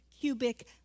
cubic